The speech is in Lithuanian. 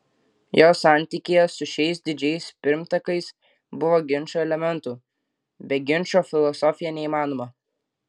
jo santykyje su šiais didžiais pirmtakais buvo ginčo elementų be ginčo filosofija neįmanoma